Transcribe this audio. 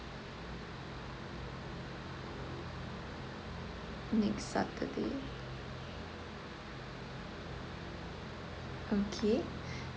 next saturday okay